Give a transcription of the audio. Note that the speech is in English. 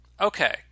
Okay